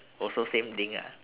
also same thing ah